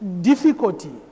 difficulty